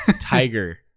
Tiger